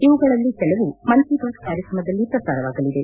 ಇವುಗಳಲ್ಲಿ ಕೆಲವು ಮನ್ ಕೀ ಬಾತ್ ಕಾರ್ಯಕ್ರಮದಲ್ಲಿ ಪ್ರಸಾರವಾಗಲಿದೆ